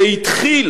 זה התחיל